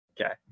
Okay